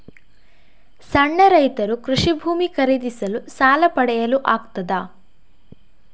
ಸಣ್ಣ ರೈತರು ಕೃಷಿ ಭೂಮಿ ಖರೀದಿಸಲು ಸಾಲ ಪಡೆಯಲು ಆಗ್ತದ?